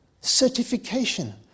certification